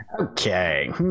okay